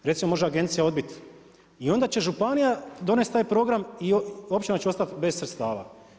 Recimo može agencija odbit i onda će županija donest taj program i općina će ostat bez sredstava.